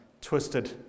twisted